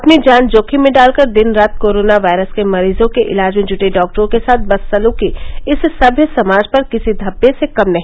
अपनी जान जोखिम में डाल कर दिन रात कोरोना वायरस के मरीजों के इलाज में जुटे डाक्टरों के साथ बदसलूकी इस सभ्य समाज पर किसी धब्बे से कम नहीं